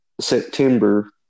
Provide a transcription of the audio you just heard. September